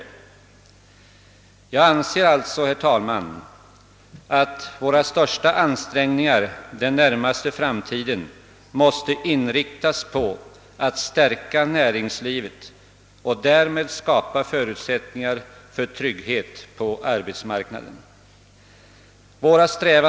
Jag anser alltså, herr talman, att våra ansträngningar under den närmaste framtiden måste intensifieras och inriktas på att stärka näringslivet och därmed skapa förutsättningar för trygghet på arbetsmarknaden.